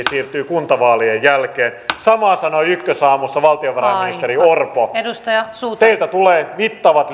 siirtyy kuntavaalien jälkeen samaa sanoi ykkösaamussa valtiovarainministeri orpo teiltä tulee mittavat